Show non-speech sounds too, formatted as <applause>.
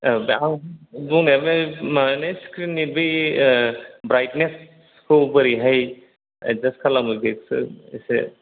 औ <unintelligible> माबायनो स्क्रिननि बे ब्राइटनेसखौ बोरैहाय एडजास्ट खालामो बेखौ एसे